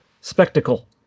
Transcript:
spectacle